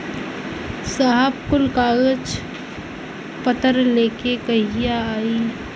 साहब कुल कागज पतर लेके कहिया आई?